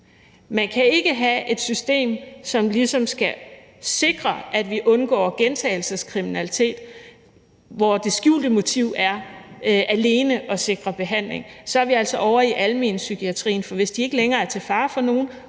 Man kan ikke have et system, som ligesom skal sikre, at vi undgår gentagelseskriminalitet, men hvor det skjulte motiv alene er at sikre behandling. Så er vi altså ovre i almenpsykiatrien, for hvis de ikke længere er til fare for nogen